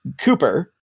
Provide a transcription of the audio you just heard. Cooper